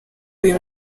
uyu